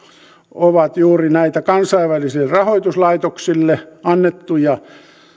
ovat juuri näitä kansainvälisille rahoituslaitoksille annettuja